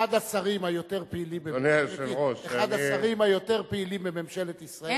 אחד השרים היותר פעילים ופוריים בממשלת ישראל,